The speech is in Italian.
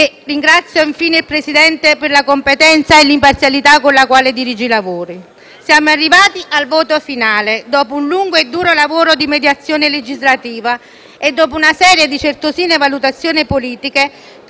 ringrazio, infine, il Presidente per la competenza e l'imparzialità con le quali dirige i lavori. Siamo arrivati al voto finale dopo un lungo e duro lavoro di mediazione legislativa e dopo una serie di certosine valutazioni politiche che